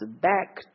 back